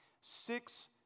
six